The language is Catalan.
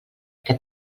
que